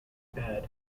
bad